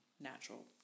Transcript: natural